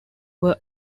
were